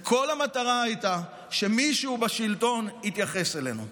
וכל המטרה הייתה שמישהו בשלטון יתייחס אלינו.